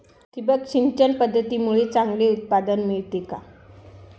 ठिबक सिंचन पद्धतीमुळे चांगले उत्पादन मिळते का?